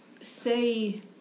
say